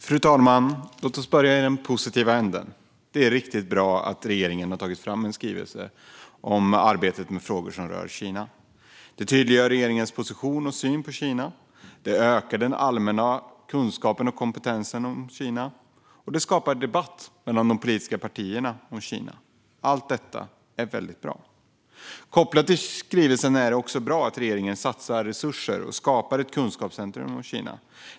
Fru talman! Låt oss börja i den positiva änden. Det är riktigt bra att regeringen har tagit fram en skrivelse om arbetet med frågor som rör Kina. Det tydliggör regeringens position och syn på Kina, det ökar den allmänna kunskapen och kompetensen om Kina och det skapar debatt mellan de politiska partierna om Kina. Allt detta är mycket bra. Kopplat till skrivelsen är det också bra att regeringen satsar resurser och skapar ett kunskapscentrum om Kina.